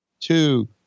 Two